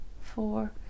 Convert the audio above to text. four